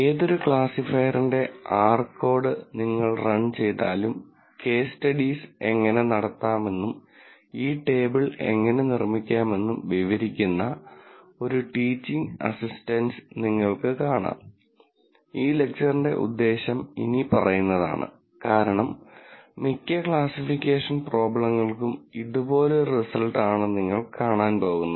ഏതൊരു ക്ലാസിഫയറിന്റെ r code നിങ്ങൾ റൺ ചെയ്താലും കേസ് സ്റ്റഡീസ് എങ്ങനെ നടത്താമെന്നും ഈ ടേബിൾ എങ്ങനെ നിർമിക്കാമെന്നും വിവരിക്കുന്ന ഒരു ടീച്ചിങ് അസ്സിസ്റ്റന്റ്സ് നിങ്ങൾക്ക് കാണാം ഈ ലെക്ച്ചറിന്റെ ഉദ്ദേശ്യം ഇനിപ്പറയുന്നതാണ് കാരണം മിക്ക ക്ലാസ്സിഫിക്കേഷൻ പ്രോബ്ലങ്ങൾക്കും ഇതുപോലൊരു റിസൽട്ടാണ് നിങ്ങൾ കാണാൻ പോകുന്നത്